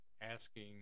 asking